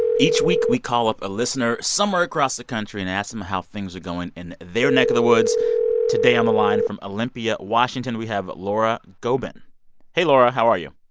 each week, we call up a listener somewhere across the country and ask them how things are going in their neck of the woods today on the line from olympia, wash, we have laura goben hey, laura. how are you?